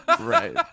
right